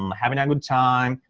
um having a good time,